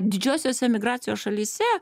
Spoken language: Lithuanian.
didžiosios emigracijos šalyse